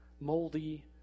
moldy